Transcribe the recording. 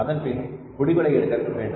அதன்பின் முடிவுகளை எடுக்க வேண்டும்